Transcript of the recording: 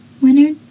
winner